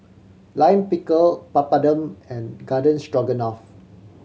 Lime Pickle Papadum and Garden Stroganoff